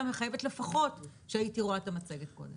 מחייבת לפחות שהייתי רואה את המצגת קודם.